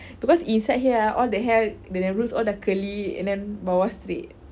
because inside here ah all the hair when I loose all dah curly and then bawah straight